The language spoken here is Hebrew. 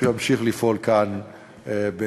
שהוא ימשיך לפעול כאן באמונה.